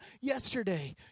yesterday